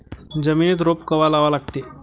जमिनीत रोप कवा लागा लागते?